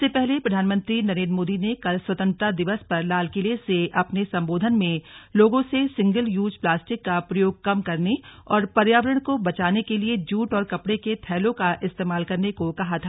इससे पहले प्रधानमंत्री नरेन्द्र मोदी ने कल स्वतंत्रता दिवस पर लाल किले से अपने संबोधन में लोगों से सिंगल यूज प्लास्टिक का प्रयोग कम करने और पर्यावरण को बचाने के लिए जूट और कपड़े के थैलों का इस्तेमाल करने को कहा था